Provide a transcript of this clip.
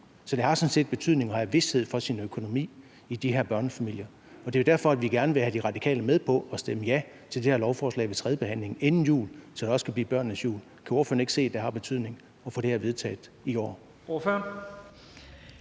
Så det har sådan set betydning at have vished for sin økonomi i de her børnefamilier, og det er jo derfor, vi gerne vil have De Radikale med på at stemme ja til det her lovforslag ved tredjebehandlingen inden jul, så det også kan blive børnenes jul. Kan ordføreren ikke se, at det har betydning at få det her vedtaget i år?